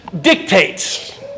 dictates